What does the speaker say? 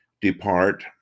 depart